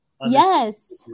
Yes